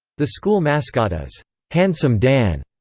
the school mascot is handsome dan,